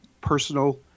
personal